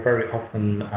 often